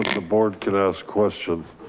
the board can ask questions.